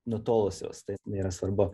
nutolusios tai nėra svarbu